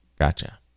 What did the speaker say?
Gotcha